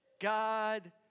God